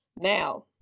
Now